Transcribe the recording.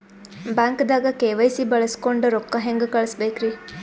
ಬ್ಯಾಂಕ್ದಾಗ ಕೆ.ವೈ.ಸಿ ಬಳಸ್ಕೊಂಡ್ ರೊಕ್ಕ ಹೆಂಗ್ ಕಳಸ್ ಬೇಕ್ರಿ?